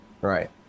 right